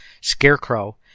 Scarecrow